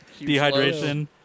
Dehydration